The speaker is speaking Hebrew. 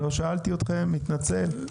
לא שאלתי אתכם, מתנצל.